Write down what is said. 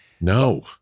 No